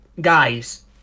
Guys